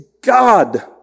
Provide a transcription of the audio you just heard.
God